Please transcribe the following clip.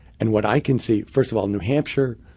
and what i can see, first of all new hampshire,